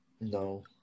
No